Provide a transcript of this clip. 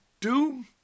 Doom